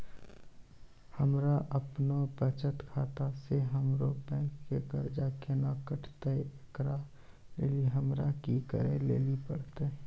हमरा आपनौ बचत खाता से हमरौ बैंक के कर्जा केना कटतै ऐकरा लेली हमरा कि करै लेली परतै?